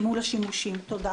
כרגע.